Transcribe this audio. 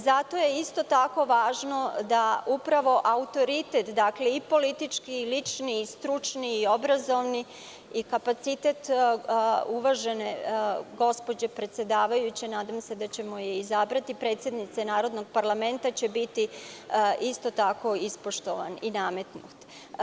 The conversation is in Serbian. Zato je isto tako važno da upravo autoritet i politički i lični, stručni i obrazovni i kapacitet uvažene gospođe predsedavajuće, nadam se da ćemo izabrati, predsednika Narodnog parlamenta će biti isto tako ispoštovan i nametnut.